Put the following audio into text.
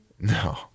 No